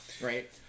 Right